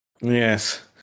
Yes